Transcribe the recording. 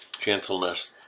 gentleness